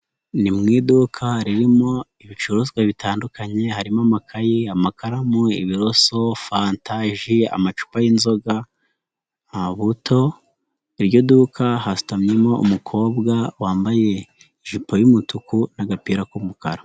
Ni mu iduka ririmo ibicuruzwa bitandukanye, harimo amakayi, amakaramu, ibiroso, fanta, ji, amacupa y'inzoga, buto, iryo duka hasutamyemo umukobwa wambaye ijipo y'umutuku n'a agapira k'umukara.